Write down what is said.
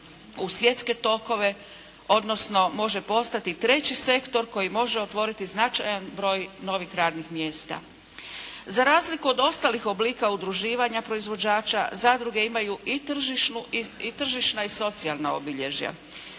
u svjetske tokove, odnosno može postati treći sektor koji može otvoriti značajan broj novih radnih mjesta. Za razliku od ostalih oblika udruživanja proizvođača, zadruge imaju i tržišna i socijalna obilježja.